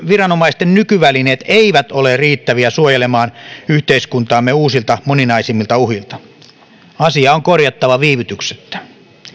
viranomaisten nykyvälineet eivät ole riittäviä suojelemaan yhteiskuntaamme uusilta moninaisemmilta uhilta asia on korjattava viivytyksettä